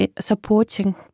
supporting